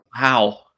Wow